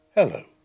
Hello